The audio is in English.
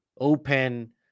Open